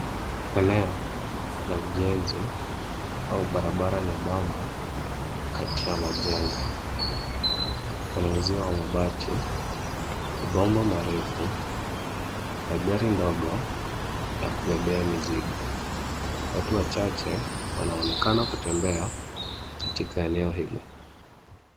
Eneo la ujenzi au barabara nyebamba kati ya majengo. Kuna uziwo wa mabati na mabomba marefu na gari ndogo ya kubebe ya mizigo. Watu wachache wanaonekana kutembea katika eneo hilo.